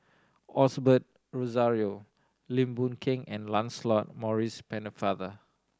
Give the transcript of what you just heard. Osbert Rozario Lim Boon Keng and Lancelot Maurice Pennefather